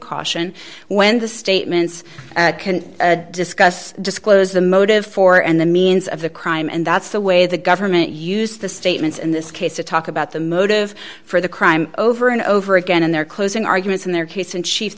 caution when the statements can discuss disclose the motive for and the means of the crime and that's the way the government used the statements in this case to talk about the motive for the crime over and over again in their closing arguments in their case in ch